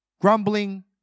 grumbling